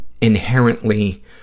inherently